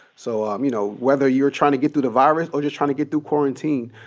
so, um you know, whether you're tryin' to get through the virus or just tryin' to get through quarantine,